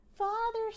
Father